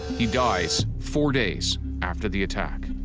he dies four days after the attack.